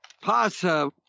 Pasa